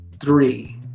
three